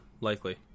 likely